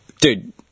Dude